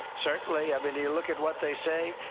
certainly. i mean, you look at what they say.